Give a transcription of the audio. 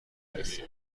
نیستم